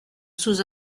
sous